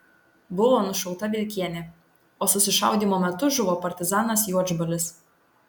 buvo nušauta vilkienė o susišaudymo metu žuvo partizanas juodžbalis